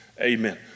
Amen